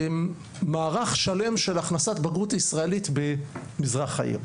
מערך שלם של הכנסת בגרות ישראלית במזרח העיר.